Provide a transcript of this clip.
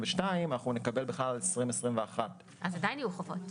אנחנו נקבל מידע על 2021. אז עדיין יהיו חובות.